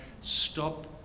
stop